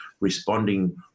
responding